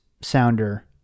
Sounder